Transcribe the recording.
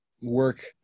work